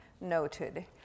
noted